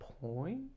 point